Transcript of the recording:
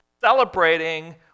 celebrating